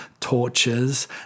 torches